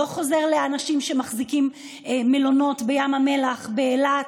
לא חוזר לאנשים שמחזיקים מלונות בים המלח ובאילת,